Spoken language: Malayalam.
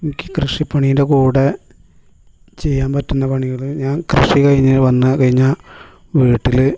എ നിക്ക് കൃഷിപ്പണീൻ്റെ കൂടെ ചെയ്യാൻ പറ്റുന്ന പണികള് ഞാൻ കൃഷി കഴിഞ്ഞ് വന്ന് കഴിഞ്ഞ് വീട്ടില്